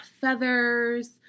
feathers